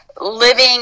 living